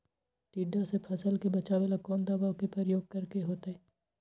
टिड्डा से फसल के बचावेला कौन दावा के प्रयोग करके होतै?